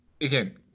again